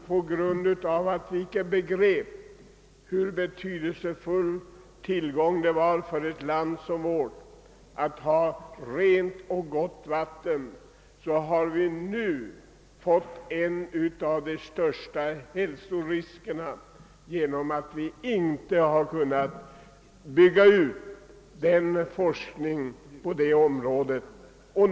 På grund av att vi inte då begrep, vilken betydelsefull tillgång det är för ett land att ha rent och gott vatten, utgör nu vårt vatten en av de största hälsoriskerna, genom att vi inte kunnat bygga ut forskningen på det området.